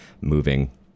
moving